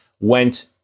went